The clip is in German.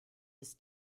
ist